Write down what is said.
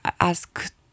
ask